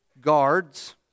guards